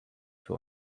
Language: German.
für